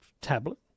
tablet